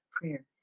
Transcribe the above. prayer